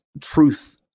truth